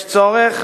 יש צורך,